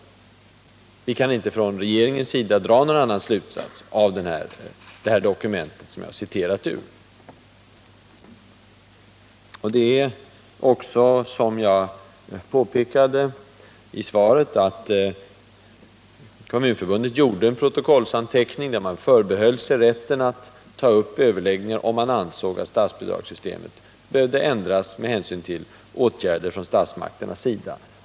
Regeringen kan inte dra någon annan slutsats av det här dokumentet. Som jag påpekade i svaret gjorde Kommunförbundet en protokollsanteckning, enligt vilken man förbehöll sig rätten att ta upp överläggningar om man ansåg att statsbidragssystemet behövde ändras med hänsyn till åtgärder från statsmakternas sida.